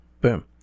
boom